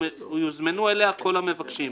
ויוזמנו אליה כל המבקשים,